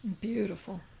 Beautiful